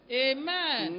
amen